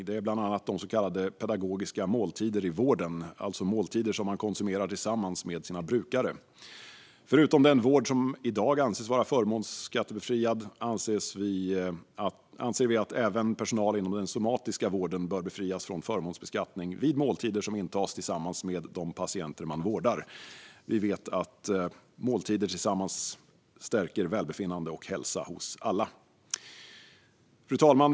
Det är bland annat de så kallade pedagogiska måltiderna i vården, alltså måltider som man konsumerar tillsammans med sina brukare. Förutom den vård som i dag anses vara förmånsskattebefriad anser vi att även personal inom den somatiska vården bör befrias från förmånsbeskattning vid måltider som intas tillsammans med de patienter man vårdar. Vi vet att måltider tillsammans stärker välbefinnande och hälsa hos alla. Fru talman!